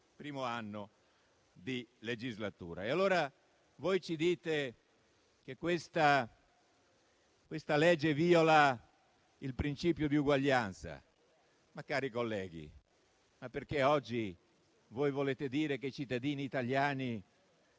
primo anno di legislatura. Voi dite che questa legge viola il principio di uguaglianza. Ma, cari colleghi, voi volete dire che i cittadini italiani